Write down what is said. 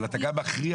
אבל אתה גם מכריח.